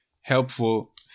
helpful